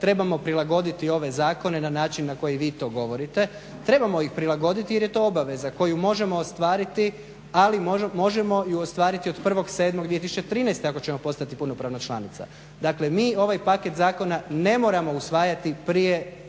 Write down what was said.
trebamo prilagoditi ove zakone na način na koji vi to govorite. Trebamo ih prilagoditi jer je to obaveza koju možemo ostvariti, ali možemo ju ostvariti od 1.7.2013. ako ćemo postati punopravna članica. Dakle, mi ovaj paket zakona ne moramo usvajati prije